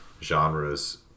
genres